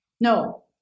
No